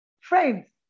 friends